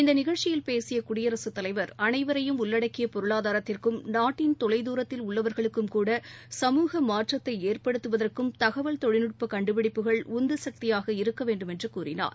இந்த நிகழ்ச்சியில் பேசிய குடியரசுத் தலைவர் அனைவரையும் உள்ளடக்கிய பொருளாதாரத்திற்கும் நாட்டின் தொலைதூரத்தில் உள்ளவர்களுக்கும்கூட சமூக மாற்றத்தை ஏற்படுத்துவதற்கும் தகவல் தொழில்நுட்ப கண்டுபிடிப்புகள் உந்து சக்தியாக இருக்க வேண்டுமென்று கூறினார்